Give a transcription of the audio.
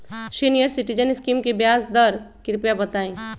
senior citizen scheme के ब्याज दर कृपया बताईं